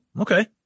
Okay